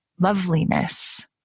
loveliness